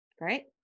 Great